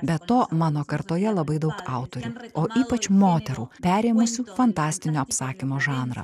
be to mano kartoje labai daug autorių o ypač moterų perėmusių fantastinio apsakymo žanrą